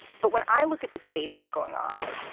but when i look at the debate that's going on,